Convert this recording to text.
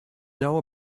know